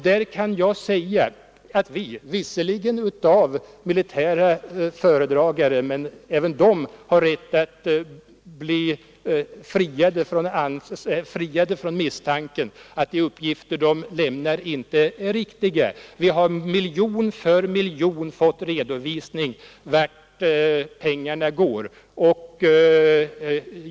Där kan jag säga att vi av militära föredragande — och även de har rätt att bli friade från misstanken att de uppgifter som de lämnar inte är riktiga — miljon för miljon fått redovisning för vart pengarna går.